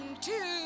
two